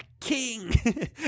king